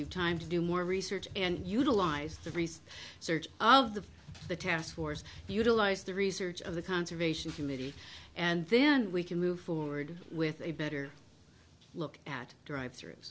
you time to do more research and utilize every search of the the task force utilize the research of the conservation committee and then we can move forward with a better look at drive through